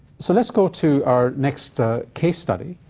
so let's go to our next case study,